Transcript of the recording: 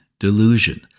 delusion